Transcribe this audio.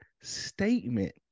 statement